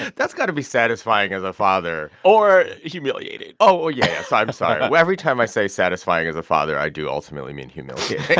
that's got to be satisfying as a father or humiliating oh, yes. i'm sorry. every time i say satisfying as a father, i do ultimately mean humiliating